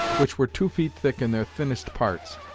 which were two feet thick in their thinnest parts,